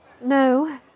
No